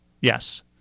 yes